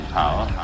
power